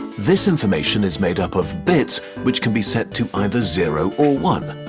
this information is made up of bits, which can be set to either zero or one.